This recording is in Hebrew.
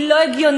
היא לא הגיונית,